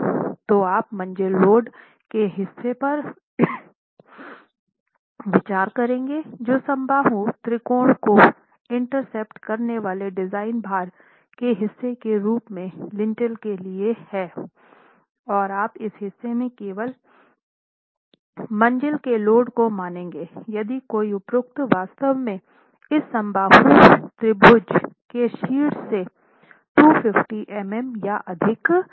तो आप मंज़िल लोड के हिस्से पर विचार करेंगे जो समबाहु त्रिकोण को इंटरसेप्ट करने वाले डिज़ाइन भार के हिस्से के रूप में लिंटेल के लिए हैं और आप इस हिस्से में केवल मंज़िल के लोड को मानेंगे यदि कोई उपरोक्त वास्तव में इस समबाहु त्रिभुज के शीर्ष से 250 मिमी या अधिक है